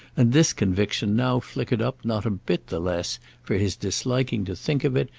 and this conviction now flickered up not a bit the less for his disliking to think of it,